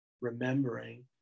remembering